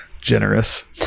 Generous